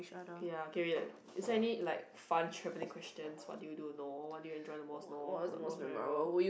ya okay wait is there any like fun travelling questions what do you do no what do enjoy the most no what was most memorable